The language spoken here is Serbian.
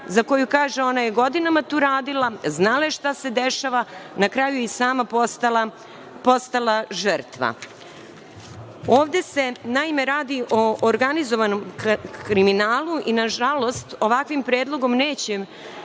za koju kaže da je godinama tu radila, znala je šta se dešava i na kraju je i sama postala žrtva. Ovde se naime radi o organizovanom kriminalu i, nažalost, ovakvim predlogom nećemo